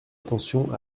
attention